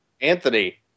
Anthony